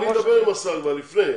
אני אדבר עם השר לפני,